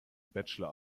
bachelor